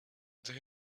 they